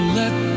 let